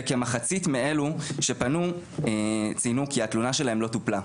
וכמחצית מאלו שפנו ציינו כי התלונה שלהם לא טופלה.